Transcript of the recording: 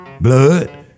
Blood